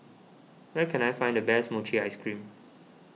where can I find the best Mochi Ice Cream